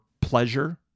pleasure